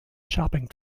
shopping